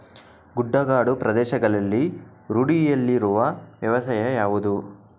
ಗುಡ್ಡಗಾಡು ಪ್ರದೇಶಗಳಲ್ಲಿ ರೂಢಿಯಲ್ಲಿರುವ ವ್ಯವಸಾಯ ಯಾವುದು?